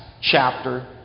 chapter